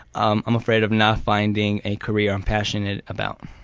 um i'm afraid of not finding a career i'm passionate about.